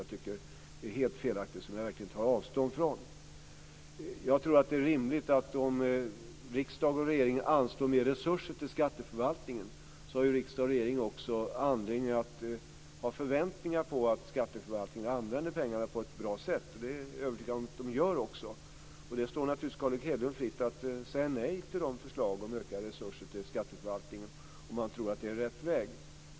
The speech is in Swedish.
Jag tycker att den är helt felaktig, och jag tar verkligen avstånd från den. Jag tror att det är rimligt att om riksdag och regering anslår mer resurser till skatteförvaltningen har riksdag och regering också anledning att ha förväntningar på att skatteförvaltningen använder pengarna på ett bra sätt. Det är jag övertygad om att man också gör. Det står naturligtvis Carl Erik Hedlund fritt att säga nej till förslagen om ökade resurser till skatteförvaltningen om han tror att det är rätt väg.